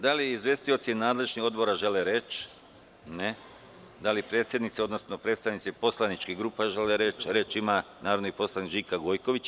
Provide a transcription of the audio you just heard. Da li izvestioci nadležnih odbora žele reč? (Ne) Da li predsednici, odnosno predstavnici poslaničkih grupa žele reč? (Da)Reč ima narodni poslanik Žika Gojković.